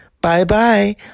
bye-bye